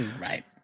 Right